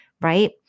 right